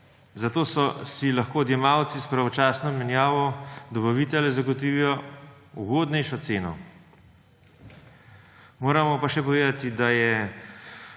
zato si lahko odjemalci s pravočasno menjavo dobavitelja zagotovijo ugodnejšo ceno. Moramo pa še povedati, da je